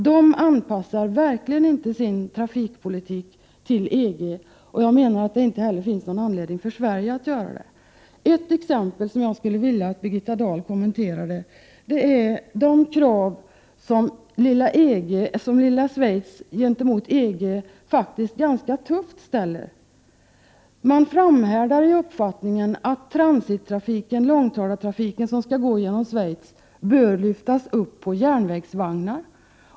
De anpassar verkligen inte sin trafikpolitik till EG, och jag menar att det inte heller finns någon anledning för Sverige att göra det. Ett exempel som jag skulle vilja att Birgitta Dahl kommenterade är de krav som lilla Schweiz faktiskt ganska tufft ställer gentemot EG. Man framhärdar i uppfattningen att den transittrafik, långtradartrafiken, som skall gå genom Schweiz bör lyftas upp på järnvägsvagnar.